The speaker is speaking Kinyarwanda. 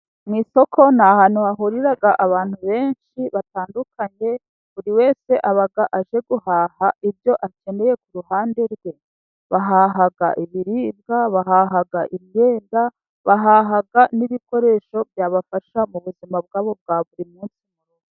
M isoko ni ahantu hahurira abantu benshi batandukanye, buri wese aba aje guhaha ibyo akeneye ku ruhande rwe, bahaha ibiribwa, bahaha imyenda, bahaha n'ibikoresho byabafasha mu buzima bwabo bwa buri munsi.